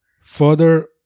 further